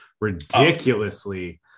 ridiculously